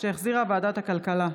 שהחזירה ועדת הכלכלה.